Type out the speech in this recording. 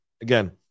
again